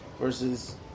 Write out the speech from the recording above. versus